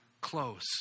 close